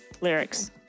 lyrics